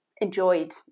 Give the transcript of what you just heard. enjoyed